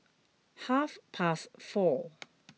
half past four